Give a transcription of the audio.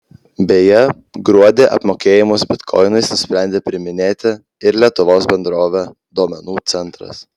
beje gruodį apmokėjimus bitkoinais nusprendė priiminėti ir lietuvos bendrovė duomenų centras